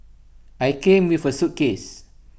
I came with A suitcase